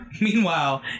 Meanwhile